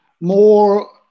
more